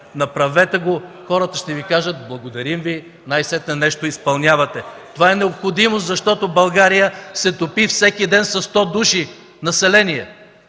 направете го. Хората ще Ви кажат: „Благодарим Ви, най-сетне нещо изпълнявате”. Това е необходимо, защото България се топи всеки ден със 100 души население.